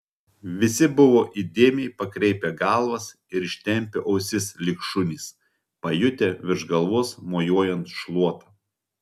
visi buvo įdėmiai pakreipę galvas ir ištempę ausis lyg šunys pajutę virš galvos mojuojant šluota